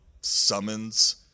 summons